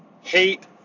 Hate